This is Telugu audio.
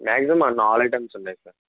మ్యాగ్జిమం అన్ని ఆల్ ఐటమ్స్ ఉన్నాయి సార్